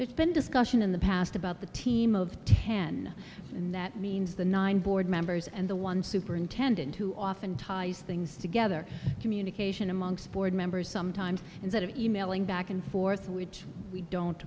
there's been discussion in the past about the team of ten and that means the nine board members and the one superintendent who often ties things together communication amongst board members sometimes instead of emailing back and forth which we don't